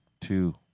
two